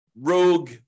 rogue